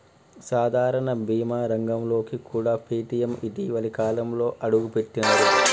సాధారణ బీమా రంగంలోకి కూడా పేటీఎం ఇటీవలి కాలంలోనే అడుగుపెట్టినరు